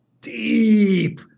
deep